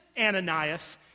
Ananias